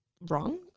wrong